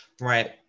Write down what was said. right